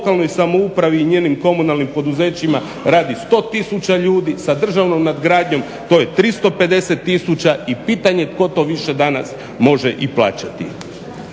lokalnoj samoupravi i njenim komunalnim poduzećima radi 100 000 ljudi sa državnom nadgradnjom, to je 350 000 i pitanje tko to više danas može i plaćati.